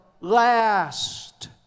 last